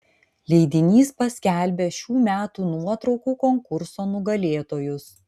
leidinys paskelbė šių metų nuotraukų konkurso nugalėtojus